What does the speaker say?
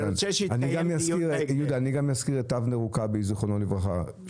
גם אזכיר את אבנר עורקבי זיכרונו לברכה,